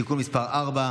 (תיקון מס' 67)